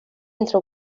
entre